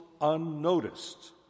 unnoticed